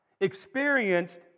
experienced